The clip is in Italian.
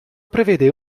prevede